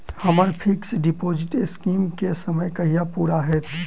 हम्मर fix deposit scheme केँ समय कहिया पूरा हैत?